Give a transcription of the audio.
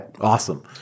Awesome